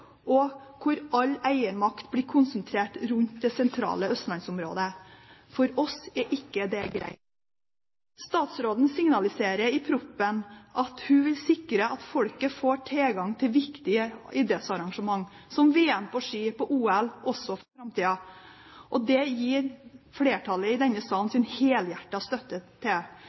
og at all eiermakt blir konsentrert rundt det sentrale østlandsområdet. For oss er det ikke greit. Statsråden signaliserer i proposisjonen at hun vil sikre at folket får tilgang til viktige idrettsarrangement som VM på ski og OL også for framtida. Det gir flertallet i denne salen sin helhjertede støtte til.